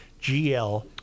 GL